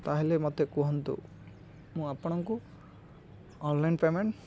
ତା'ହେଲେ ମୋତେ କୁହନ୍ତୁ ମୁଁ ଆପଣଙ୍କୁ ଅନଲାଇନ୍ ପେମେଣ୍ଟ